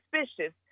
suspicious